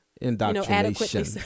Indoctrination